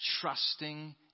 Trusting